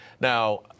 now